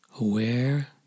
aware